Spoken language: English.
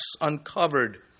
uncovered